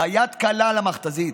והיד קלה על המכת"זית.